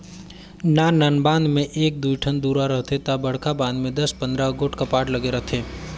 नान नान बांध में एक दुई ठन दुरा रहथे ता बड़खा बांध में दस पंदरा गोट कपाट लगे रथे